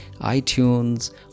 iTunes